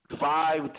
five